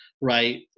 right